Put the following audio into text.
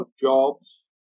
jobs